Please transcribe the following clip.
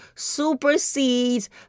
supersedes